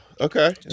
okay